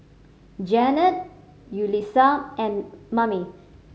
Janette Yulisa and Mame